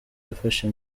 yafashe